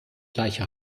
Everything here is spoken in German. gleiche